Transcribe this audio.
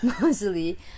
mostly